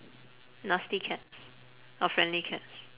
nasty cats or friendly cats